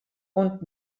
und